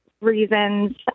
reasons